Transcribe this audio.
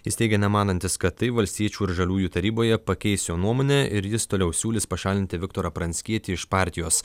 jis teigė nemanantis kad tai valstiečių ir žaliųjų taryboje pakeis jo nuomonę ir jis toliau siūlys pašalinti viktorą pranckietį iš partijos